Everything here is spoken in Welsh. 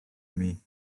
imi